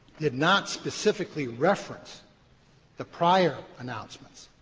did not specifically reference the prior announcements,